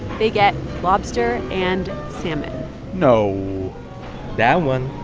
they get lobster and salmon no that one